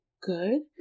good